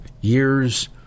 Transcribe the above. years